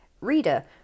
Reader